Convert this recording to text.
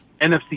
NFC